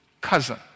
cousin